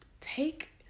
take